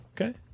okay